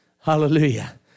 Hallelujah